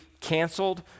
canceled